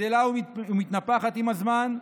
גדלה ומתנפחת עם הזמן,